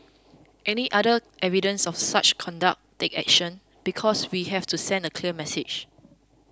any other evidence of such conduct take action because we have to send a clear message